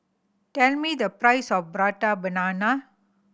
tell me the price of Prata Banana